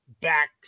back